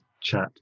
chat